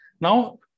now